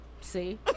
See